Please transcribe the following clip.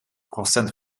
procent